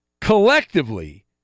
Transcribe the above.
collectively